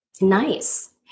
Nice